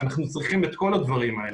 אנחנו צריכים את כל הדברים האלה.